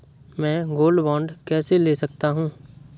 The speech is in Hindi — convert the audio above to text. मैं गोल्ड बॉन्ड कैसे ले सकता हूँ?